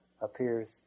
appears